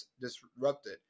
disrupted